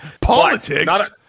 Politics